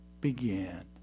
began